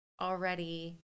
already